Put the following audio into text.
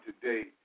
today